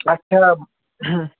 اَچھا